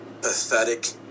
Pathetic